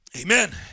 Amen